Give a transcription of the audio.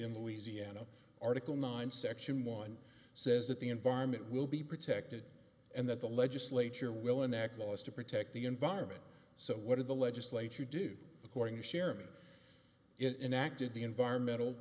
in louisiana article nine section one says that the environment will be protected and that the legislature will enact laws to protect the environment so what are the legislature do according to sharon in acted the environmental